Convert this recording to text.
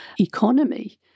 economy